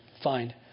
find